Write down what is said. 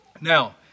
Now